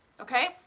okay